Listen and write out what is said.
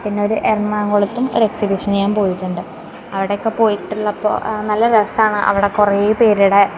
പിന്നോര് എറണാകുളത്തും ഒര് എക്സിബിഷന് ഞാൻ പോയിട്ടുണ്ട് അവിടെ ഒക്കെ പോയിട്ടുള്ളപ്പോൾ നല്ല രസമാണ് അവിടെ കുറെ പേരുടെ